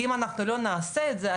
כי אם אנחנו לא נעשה את זה,